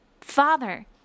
Father